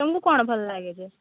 ତମକୁ କ'ଣ ଭଲ୍ ଲାଗେ ଯେ